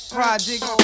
Project